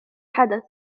حدث